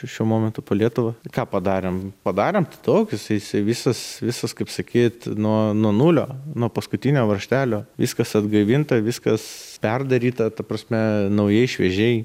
šiuo momentu po lietuvą ką padarėm padarėm tokius jisai visas visas kaip sakyt nuo nuo nulio nuo paskutinio varžtelio viskas atgaivinta viskas perdaryta ta prasme naujai šviežiai